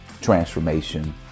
transformation